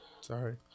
Sorry